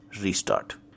restart